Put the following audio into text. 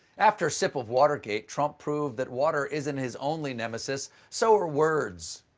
after sip-of-water-gate, trump proved that water isn't his only nemesis. so are words.